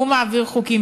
הוא מעביר חוקים,